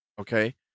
okay